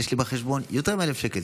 יש לי בחשבון יותר מ-1,000 שקל,